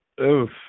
oof